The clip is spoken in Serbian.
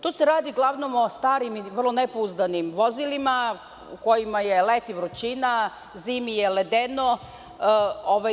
Tu se uglavnom radi o starim i vrlo nepouzdanim vozilima u kojima je leti vrućina, zimi ledeno.